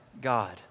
God